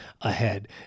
ahead